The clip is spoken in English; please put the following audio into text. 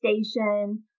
station